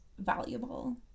valuable